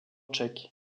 tchèques